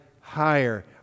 higher